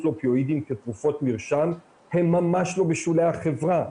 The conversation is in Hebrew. לאופיואידים כתרופות מרשם הם ממש לא בשולי החברה.